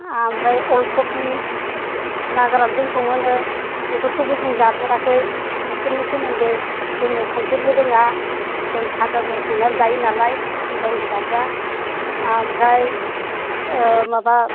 आमफ्राय अल खफि ना गोरानजों सङोनो बेफोरखौबो जों जाफेराखै बिफोरनि सोमोन्दै जोङो संफेरनो रोङा जों फाजाल' संनानै जायो नालाय हिन्जावनि फिसाफ्रा आमफ्राय माबा